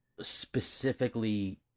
specifically